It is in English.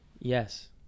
Yes